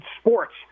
sports